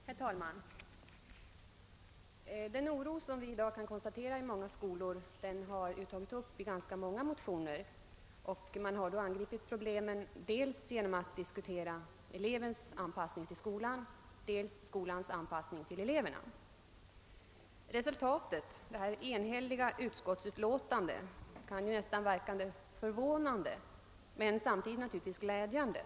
Herr talman! Den oro som i dag kan konstateras i många skolor har givit upphov till en rad motioner. Där har problemen angripits genom diskussion av dels skolans anpassning till eleven, dels elevens anpassning till skolan. Resultatet, det enhälliga utskottsutlåtande som föreligger, verkar nästan förvånande men är samtidigt mycket glädjande.